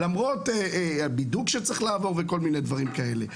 למרות הבידוק שצריך לעבור וכל מיני דברים כאלה.